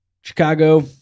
Chicago